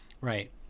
Right